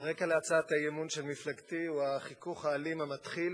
הרקע להצעת האי-אמון של מפלגתי הוא החיכוך האלים המתחיל,